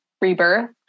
rebirth